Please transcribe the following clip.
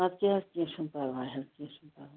اَدٕ کیاہ حظ کینہہ چھُنہٕ پرواے حظ کینہہ چھُنہٕ پرواے